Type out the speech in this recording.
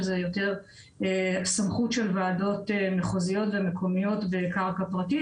שזה יותר סמכות של ועדות מחוזיות ומקומיות בקרקע פרטית,